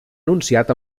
anunciat